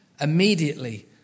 Immediately